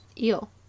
eel